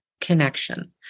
connection